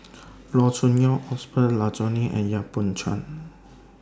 Loo Choon Yong Osbert Rozario and Yap Boon Chuan